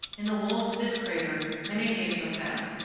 in the walls of this crater many caves are found,